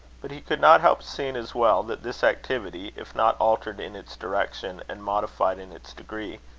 but he could not help seeing as well, that this activity, if not altered in its direction and modified in its degree,